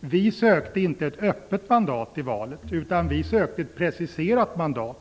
vi inte sökte ett öppet mandat i valet, utan vi sökte ett preciserat mandat.